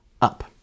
Up